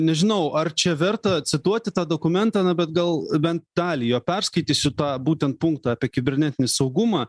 nežinau ar čia verta cituoti tą dokumentą na bet gal bent dalį jo perskaitysiu tą būtent punktą apie kibernetinį saugumą